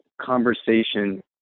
conversation